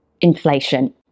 inflation